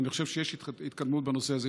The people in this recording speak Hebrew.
אני חושב שיש התקדמות בנושא הזה,